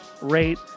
rate